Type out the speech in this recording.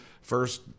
First